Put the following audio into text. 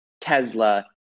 Tesla